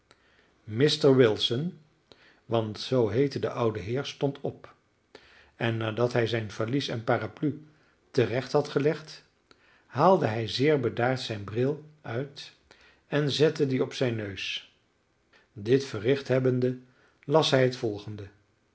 mr wilson want zoo heette de oude heer stond op en nadat hij zijn valies en parapluie te recht had gelegd haalde hij zeer bedaard zijn bril uit en zette dien op zijn neus dit verricht hebbende las hij het volgende